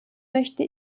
möchte